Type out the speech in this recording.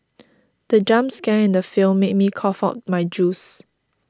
the jump scare in the film made me cough out my juice